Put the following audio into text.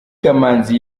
kamanzi